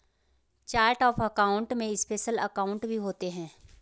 chart of account में special account भी होते हैं